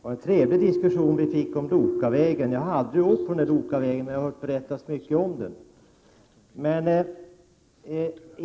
Herr talman! Det blev en trevlig diskussion om Lokavägen. Jag har aldrig åkt på den, men jag har hört berättas mycket om den.